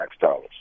dollars